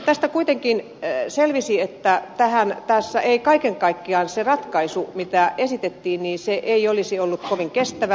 tästä kuitenkin selvisi että tähän ei kaiken kaikkiaan se ratkaisu mitä esitettiin olisi ollut kovin kestävä